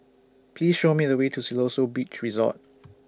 Please Show Me The Way to Siloso Beach Resort